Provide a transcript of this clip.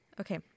Okay